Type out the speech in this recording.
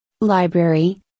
Library